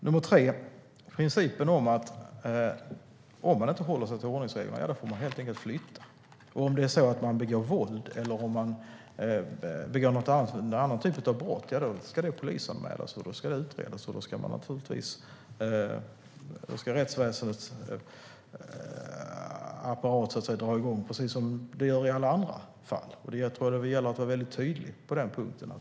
För det tredje har vi principen att om man inte håller sig till ordningsreglerna får man helt enkelt flytta. Om man begår våld eller någon annan typ av brott ska det polisanmälas och utredas, och då ska rättsväsendets apparat dra igång precis som i alla andra fall. Det gäller att vara mycket tydlig på den punkten.